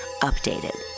Updated